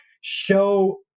show